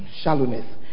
shallowness